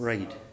Right